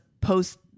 post